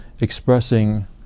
expressing